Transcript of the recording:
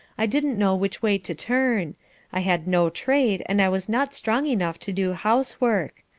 i didn't know which way to turn i had no trade, and i was not strong enough to do housework.